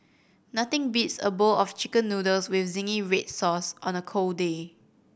nothing beats a bowl of Chicken Noodles with zingy red sauce on a cold day